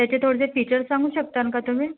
त्याचे थोडेसे फीचर सांगू शकता का तुम्ही